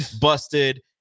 busted